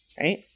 right